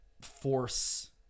force